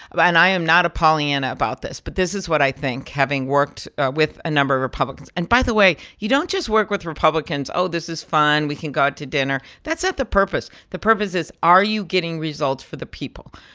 but and i am not a pollyanna about this, but this is what i think having worked with a number of republicans and by the way, you don't just work with republicans oh, this is fun. we can go out to dinner. that's not the purpose. the purpose is are you getting results for the people?